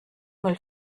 mail